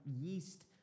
yeast